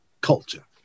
culture